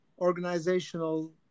organizational